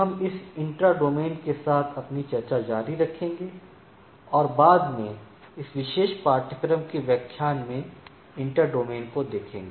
हम इस intra domain के साथ अपनी चर्चा जारी रखेंगे और बाद में इस विशेष पाठ्यक्रम के व्याख्यान में इंटर डोमेन को देखेंगे